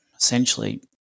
essentially